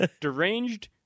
Deranged